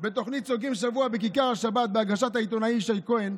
בתוכנית סוגרים שבוע בכיכר השבת בהגשת העיתונאי ישי כהן,